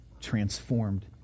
transformed